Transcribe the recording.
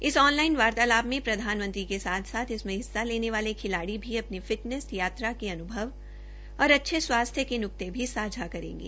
इस ऑनलाइन वार्तालाप में प्रधानमंत्री के साथ साथ इसमें हिस्सा लेने वाले खिलाड़ी भी अपनी फिटनेस यात्रा के अन्भव और अच्छे स्वास्थ्य के न्कते भी सांझा करेंगे